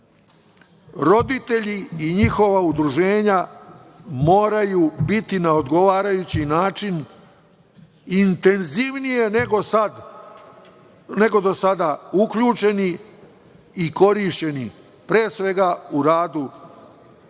roditelji i njihova udruženja moraju biti na odgovarajući način intenzivnija nego do sada uključeni i korišćeni, pre svega u radu stručnog